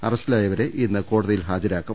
അറസ്റ്റിലായവരെ ഇന്ന് കോടതിയിൽ ഹാജരാക്കും